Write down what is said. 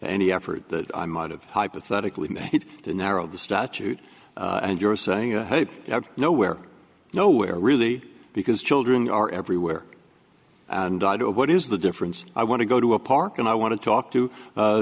any effort that i might have hypothetically made to narrow the statute and you're saying i hate nowhere nowhere really because children are everywhere and idea of what is the difference i want to go to a park and i want to talk to